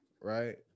right